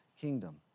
kingdom